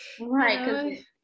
Right